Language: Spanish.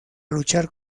luchar